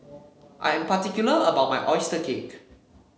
I am particular about my oyster cake